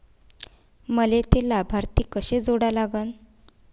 मले थे लाभार्थी कसे जोडा लागन?